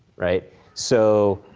right, so,